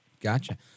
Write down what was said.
Gotcha